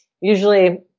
usually